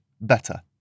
better